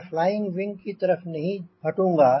मैं flying wing की तरफ नहीं हटूंँगा